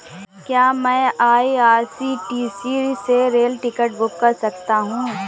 क्या मैं आई.आर.सी.टी.सी से रेल टिकट बुक कर सकता हूँ?